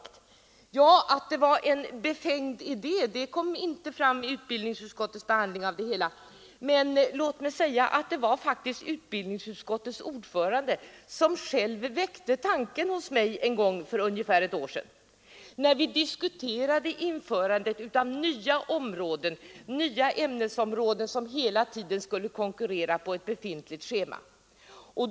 Att det praktiskt-teoretiska ämnespaketet skulle vara en befängd idé kom inte fram vid utbildningsutskottets behandling av dessa frågor, men låt mig säga att det faktiskt var utbildningsutskottets ordförande själv som väckte tanken hos mig på ett sådant en gång för ungefär ett år sedan, när vi diskuterade införandet av nya ämnesområden, som genomgående skulle konkurrera med befintliga ämnen på schemat.